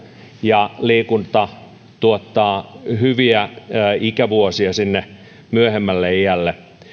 ja liikunta tuottaa hyviä ikävuosia sinne myöhemmälle iälle